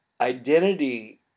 identity